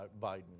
Biden